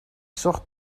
zocht